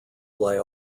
lay